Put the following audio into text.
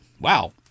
Wow